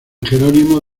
jerónimo